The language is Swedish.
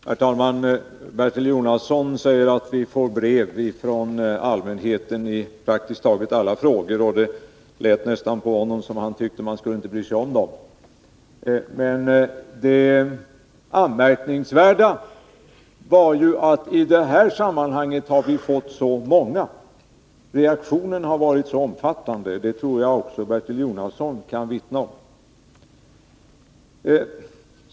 Herr talman! Bertil Jonasson säger att vi får brev från allmänheten i praktiskt taget alla frågor, och det lät på honom nästan som om han tyckte att man inte skulle bry sig om dem. Men det anmärkningsvärda är ju att vi i det här sammanhanget har fått så många och att reaktionen har varit så omfattande. Det tror jag också Bertil Jonasson kan vittna om.